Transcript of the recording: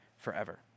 forever